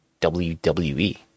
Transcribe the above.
WWE